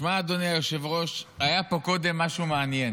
תשמע, אדוני היושב-ראש, היה פה קודם משהו מעניין.